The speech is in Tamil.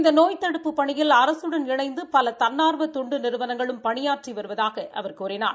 இந்த நோய் தடுப்புப் பணியில் அரசுடன் இணைந்து பல தன்னார்வ தொண்டு நிறுவனங்களும் பணியாற்றி வருவதாக அவர் கூறினார்